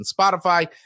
Spotify